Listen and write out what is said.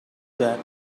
that